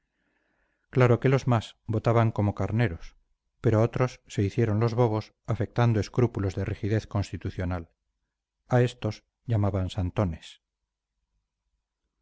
claro que los más votaban como carneros pero otros se hicieron los bobos afectando escrúpulos de rigidez constitucional a estos llamaban santones